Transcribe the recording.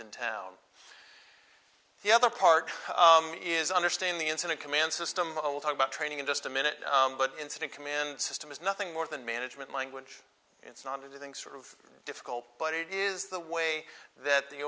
in town the other part is understand the incident command system will talk about training in just a minute but incident command system is nothing more than management language it's not anything sort of difficult but it is the way that the